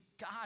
God